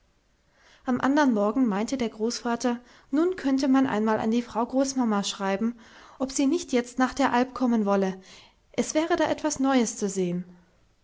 am andern morgen meinte der großvater nun könnte man einmal an die frau großmama schreiben ob sie nicht jetzt nach der alp kommen wolle es wäre da etwas neues zu sehen